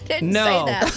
No